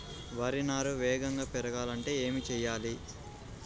వరి నారు వేగంగా పెరగాలంటే ఏమి చెయ్యాలి?